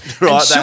Right